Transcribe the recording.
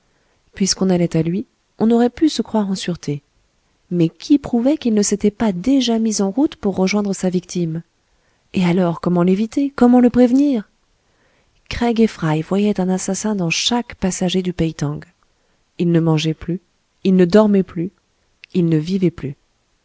puisqu'on allait à lui on aurait pu se croire en sûreté mais qui prouvait qu'il ne s'était pas déjà mis en route pour rejoindre sa victime et alors comment l'éviter comment le prévenir craig et fry voyaient un assassin dans chaque passager du peï tang ils ne mangeaient plus ils ne dormaient plus ils ne vivaient plus